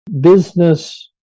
business